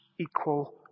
equal